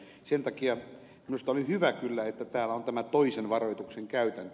sen takia minusta oli hyvä kyllä että täällä on tämä toisen varoituksen käytäntö